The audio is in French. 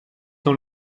dans